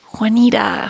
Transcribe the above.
Juanita